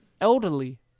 Elderly